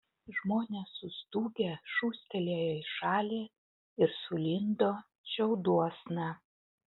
žmonės sustūgę šūstelėjo į šalį ir sulindo šiauduosna